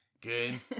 Good